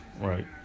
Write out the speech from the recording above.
Right